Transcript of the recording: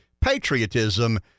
patriotism